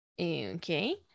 okay